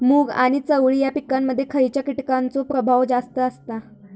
मूग आणि चवळी या पिकांमध्ये खैयच्या कीटकांचो प्रभाव जास्त असता?